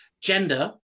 Gender